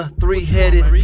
three-headed